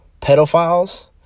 pedophiles